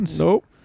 Nope